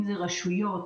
אם רשויות,